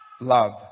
Love